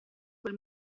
quel